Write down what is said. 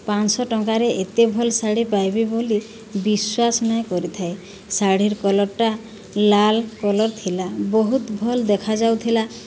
ପାଞ୍ଚ୍ ଶହ ଟଙ୍କାରେ ଏତେ ଭଲ୍ ଶାଢ଼ୀ ପାଇବି ବୋଲି ବିଶ୍ଵାସ ନାଇଁ କରିଥାଇ ଶାଢ଼ୀର୍ କଲର୍ଟା ଲାଲ୍ କଲର୍ ଥିଲା ବହୁତ୍ ଭଲ୍ ଦେଖାଯାଉଥିଲା